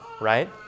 right